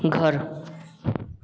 घर